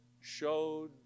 showed